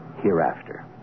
hereafter